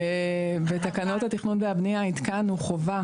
בתקנות התכנון והבנייה התקנו חובה